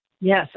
Yes